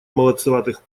молодцеватых